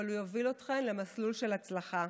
אבל הוא יוביל אתכן למסלול של הצלחה.